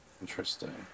interesting